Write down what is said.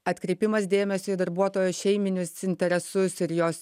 atkreipimas dėmesio į darbuotojo šeiminius interesus ir jos